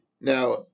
Now